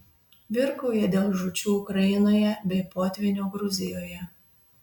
virkauja dėl žūčių ukrainoje bei potvynio gruzijoje